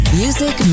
music